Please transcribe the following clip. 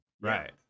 right